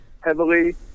heavily